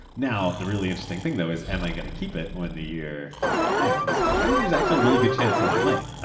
now, the really interesting thing though is am i going to keep it when the year ends? i think there's actually a really good chance that i might.